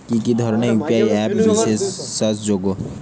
কি কি ধরনের ইউ.পি.আই অ্যাপ বিশ্বাসযোগ্য?